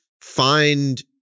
find